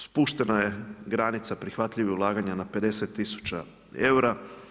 Spuštena je granica prihvatljivih ulaganja na 50000 eura.